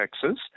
taxes